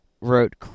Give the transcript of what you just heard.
wrote